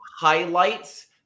highlights